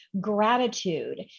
gratitude